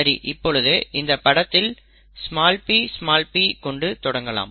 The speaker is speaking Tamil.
சரி இப்பொழுது இந்தப் படத்தில் pp கொண்டு தொடங்கலாம்